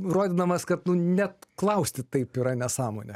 rodydamas kad nu net klausti taip yra nesąmonė